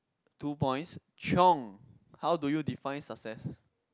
two points chiong how do you define success